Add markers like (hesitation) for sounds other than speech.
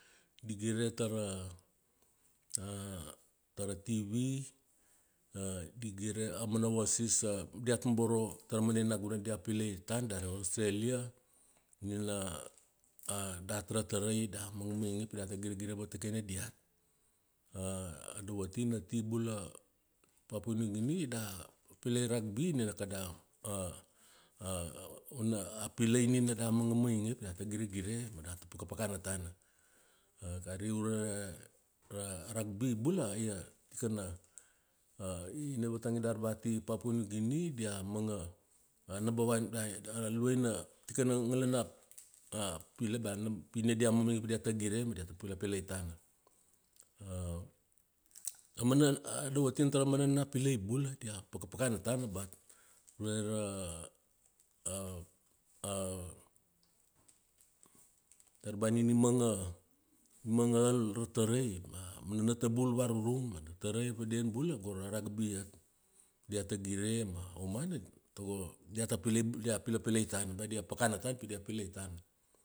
Di gire tara (hesitation) tara tv, (hesitation) di gire, a mana over seas, (hesitation) diat ma boro tara mana enena gunan dia pilai tana dari Australia. Nina, (hesitation) ra tarai da manga mainge pi data giregire vatikene diat. (hesitation) A dovatina, ati bula Papua New Guinea da, pilai rugby nina kada (hesitation) vana a pilai nina da manga mainge pi data giregire ma data pakapakana tana. (hesitation) Dari ure (hesitation) ra rugby bula ia tikana, (hesitation) ina vatang ia, dar ba ati Papua New Guinea, dia manga, bea number one, (hesitation) a lauaina, tikana ngalana (hesitation) pilai, bea pi na dia mamainge pi diata giregire ma diata pilai tana. (hesitation) A mana, a dovotina tara mana enena pilai bula dia pakapakana tana, but ure ra (hesitation) dar bea nina i manga manga al ra tarai, ma aumana natnabul varurung ma tarai, vaden bula (hesitation) go ra rugby iat. Diata gire ma, aumana tago diata pilai bula dia pilapilai tana ba dia pakana tana pi dia pilai tana.